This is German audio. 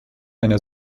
einer